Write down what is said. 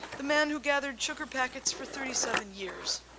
the man who gathered sugar packets for thirty seven years.